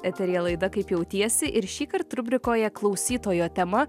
eteryje laida kaip jautiesi ir šįkart rubrikoje klausytojo tema